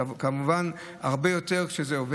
כמובן הרבה יותר כשזה עובר.